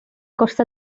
costa